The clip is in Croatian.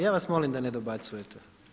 Ja vas molim da ne dobacujete.